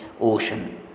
ocean